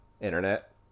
Internet